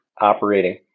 operating